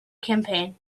campaign